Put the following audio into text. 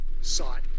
sought